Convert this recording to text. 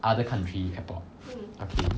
other country airport okay